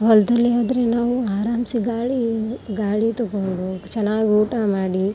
ಹೊಲದಲ್ಲೆ ಆದರೆ ನಾವು ಆರಾಮ್ಸೆ ಗಾಳಿ ಗಾಳಿ ತಗೊಂಡು ಚೆನ್ನಾಗಿ ಊಟ ಮಾಡಿ